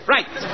Right